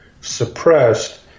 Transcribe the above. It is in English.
suppressed